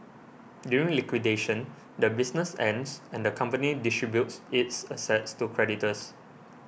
during liquidation the business ends and the company distributes its assets to creditors